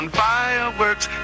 fireworks